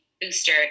booster